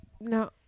no